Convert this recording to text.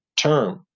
term